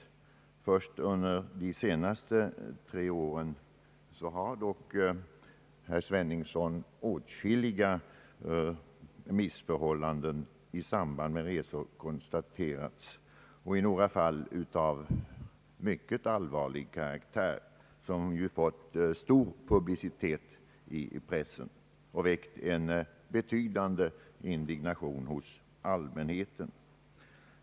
Det är först under de senaste tre åren, herr Sveningsson, som åtskilliga missförhållanden i samband med resor konstaterats, däribland några fall av mycket allvarlig karaktär som fått stor publicitet i pressen och som väckt en betydande indignation hos allmänheten.